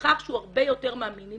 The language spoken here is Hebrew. לשכר שהוא הרבה יותר מהמינימום.